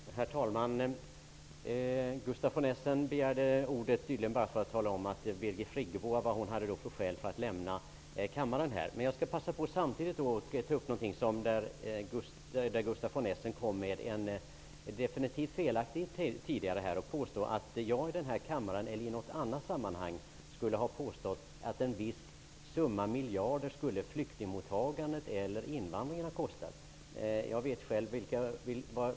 Herr talman! Gustaf von Essen begärde tydligen ordet bara för att tala om vad Birgit Friggebo hade för skäl för att lämna kammaren. Jag skall nu passa på att ta upp något som Gustaf von Essen sade tidigare och som är definitivt felaktigt. Han påstod att jag i den här kammaren eller i något annat sammanhang skulle ha påstått att flyktingmottagandet eller invandringen skulle ha kostat ett visst antal miljarder.